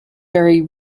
very